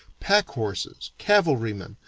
pack horses, cavalrymen,